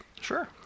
Sure